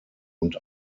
und